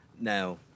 Now